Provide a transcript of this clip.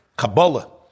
Kabbalah